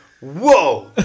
whoa